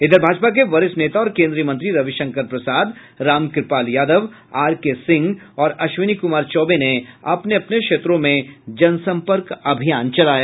इधर भाजपा के वरिष्ठ नेता और केन्द्रीय मंत्री रविशंकर प्रसाद रामकृपाल यादव आरकेसिंह और अश्विनी कुमार चौबे ने अपने अपने क्षेत्रों में जनसंपर्क अभियान चलाया